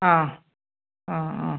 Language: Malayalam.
ആ ആ ആ